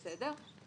בסדר,